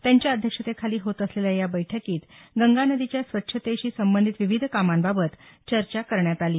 त्यांच्या अध्यक्षतेखाली होत असलेल्या या बैठकीत गंगा नदीच्या स्वच्छेतीशी संबंधित विविध कामांबाबत चर्चा करण्यात आली